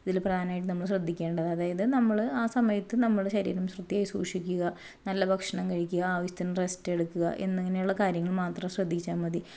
ഇതിൽ പ്രധാനമായിട്ട് നമ്മൾ ശ്രദ്ധിക്കേണ്ടത് അതായത് നമ്മൾ ആ സമയത്ത് നമ്മുടെ ശരീരം വൃത്തിയായി സൂക്ഷിക്കുക നല്ല ഭക്ഷണം കഴിക്കുക ആവശ്യത്തിന് റെസ്റ്റ് എടുക്കുക എന്നിങ്ങനെയുള്ള കാര്യങ്ങൾ മാത്രം ശ്രദ്ധിച്ചാൽ മതി